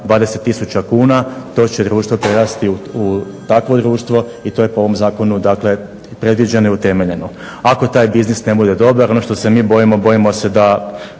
20000 kuna to će društvo prerasti u takvo društvo i to je po ovom zakonu, dakle predviđeno i utemeljeno. Ako taj biznis ne bude dobar, ono što se mi bojimo, bojimo se da,